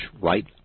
right